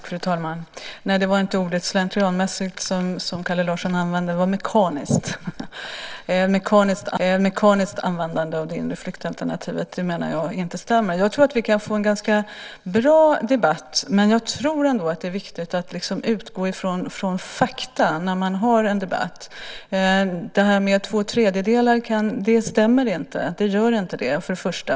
Fru talman! Det var inte ordet slentrianmässigt som Kalle Larsson använde. Det var mekaniskt, ett mekaniskt användande av det inre flyktalternativet. Det menar jag inte stämmer. Jag tror att vi kan få en ganska bra debatt, men jag tror ändå att det är viktigt att utgå ifrån fakta när man har en debatt. Två tredjedelar stämmer inte. Det gör inte det för det första.